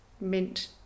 mint